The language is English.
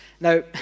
Now